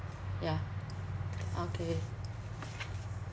yeah okay